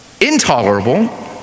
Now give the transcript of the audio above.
intolerable